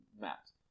maps